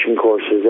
courses